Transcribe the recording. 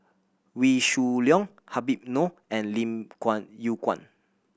Wee Shoo Leong Habib Noh and Lim Kuan Yew Kuan